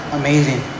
amazing